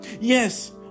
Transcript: Yes